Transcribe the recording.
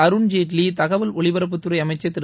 அருண்ஜேட்லி தகவல் ஒலிபரப்புத்துறை அமைச்சள் திரு